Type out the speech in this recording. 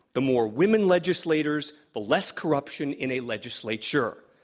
the more women legislators, the less corruption in a legislature.